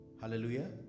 hallelujah